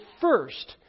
first